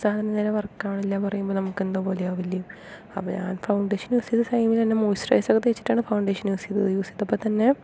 സാധനം നേരെ വർക്കാവണില്ല എന്ന് പറയുമ്പോൾ നമുക്ക് എന്തോ പോലെ ആവില്ലേ അപ്പോൾ ഞാൻ ഫൗണ്ടേഷൻ യൂസ് ചെയ്ത ടൈമിൽ തന്നെ മോയ്സ്ചറൈസർ തേച്ചിട്ടാണ് ഫൗണ്ടേഷൻ യൂസ് ചെയ്തത് യൂസ് ചെയ്തപ്പോൾ തന്നെ